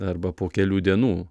arba po kelių dienų